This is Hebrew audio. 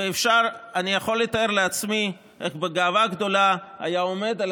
אני יכול לתאר לעצמי איך בגאווה גדולה היה עומד על